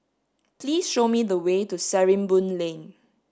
please show me the way to Sarimbun Lane